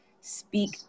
speak